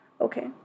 okay